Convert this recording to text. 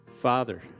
Father